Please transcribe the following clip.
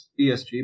ESG